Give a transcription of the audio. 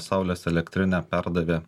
saulės elektrinę perdavė